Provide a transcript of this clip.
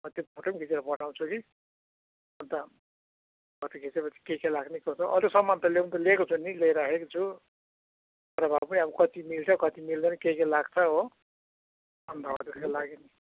अँ त्यो फोटो पनि खिचेर पठाउँछु कि अन्त फोटो खिचेपछि के के लाग्ने कसो अरू सामान त ल्याउनु त ल्याएको छु नि ल्याइराखेको छु र भए पनि आब कति मिल्छ कति मिल्दैन के के लाग्छ हो अन्त हो त्यसको लागि नि